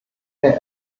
der